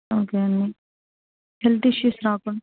okay అండి health issues రాకుండా